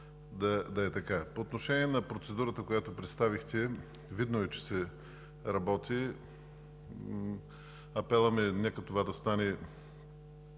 би желал. По отношение на процедурата, която представихте, видно е, че се работи. Апелът ми е това да стане